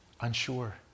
unsure